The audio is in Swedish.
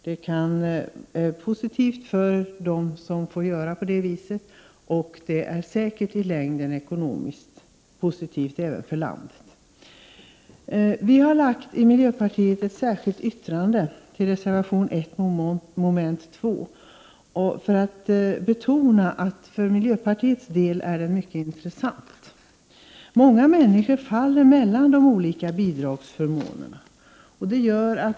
Det är positivt för dem som får denna förmån, och det är säkerligen i längden ekonomiskt positivt även för landet. Vi har från miljöpartiet avgivit ett särskilt yttrande i anslutning till reservationen avseende mom. 2, för att betona att denna fråga för miljöpartiets del är mycket intressant. Många människor hamnar mellan de olika bidragsförmånerna.